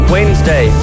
Wednesday